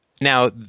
Now